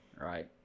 right